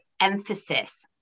emphasis